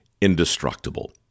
indestructible